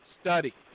study